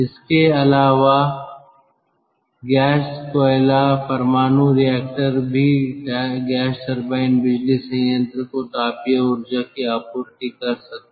इसके अलावा गैस कोयला परमाणु रिएक्टर भी गैस टरबाइन बिजली संयंत्र को तापीय ऊर्जा की आपूर्ति कर सकता है